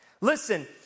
Listen